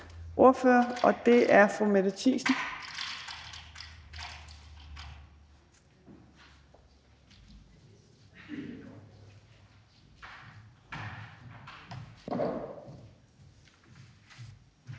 og det er fru Mette Thiesen